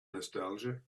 nostalgia